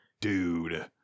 dude